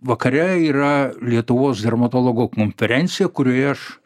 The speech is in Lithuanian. vakare yra lietuvos dermatologų konferencija kurioje aš